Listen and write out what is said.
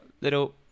little